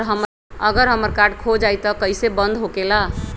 अगर हमर कार्ड खो जाई त इ कईसे बंद होकेला?